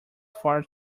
far